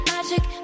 Magic